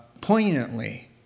poignantly